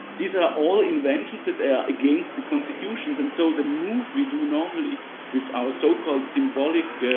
these are all inventions that are against the constitutions and so the move we do normally with our so-called symbolic,